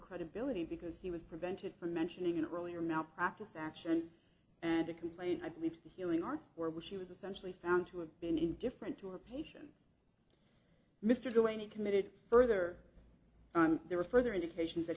credibility because he was prevented from mentioning an earlier malpractise action and a complaint i believe to the healing arts or was she was essentially found to have been indifferent to her patient mr delaney committed further on there are further indications that